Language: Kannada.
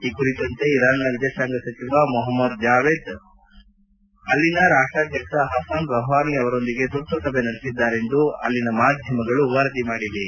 ಈ ಕುರಿತಂತೆ ಇರಾನ್ನ ವಿದೇಶಾಂಗ ಸಚಿವ ಮೊಹಮ್ಮದ್ ಜಾವೇದ್ ಜರೀಫ್ ಅವರು ಅಲ್ಲಿನ ರಾಷ್ಟಾಧ್ಯಕ್ಷ ಹಸನ್ ರೌಹಾನಿ ಅವರೊಂದಿಗೆ ಶುರ್ತು ಸಭೆ ನಡೆಸಿದ್ದಾರೆಂದು ಅಲ್ಲಿನ ಮಾಧ್ಯಮಗಳು ವರದಿ ಮಾಡಿವೆ